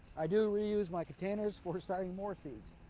i do reuse my containers for starting more seeds.